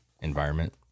environment